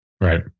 right